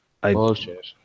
Bullshit